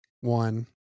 one